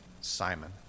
Simon